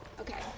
okay